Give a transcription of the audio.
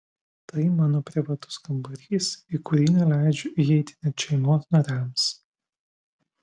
tai mano privatus kambarys į kurį neleidžiu įeiti net šeimos nariams